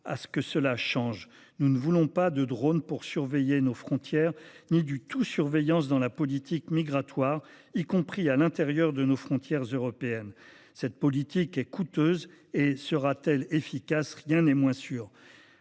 à ce que cela change. Nous ne voulons ni des drones pour surveiller nos frontières ni du « tout surveillance » dans la politique migratoire, y compris à l’intérieur de nos frontières européennes. Cette politique est coûteuse. Sera t elle efficace ? Rien n’est moins sûr.